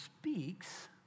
speaks